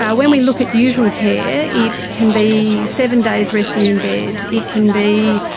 ah when we look at usual care, it can be seven days resting in bed, it can be